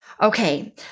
Okay